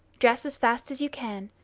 dress as fast as you can,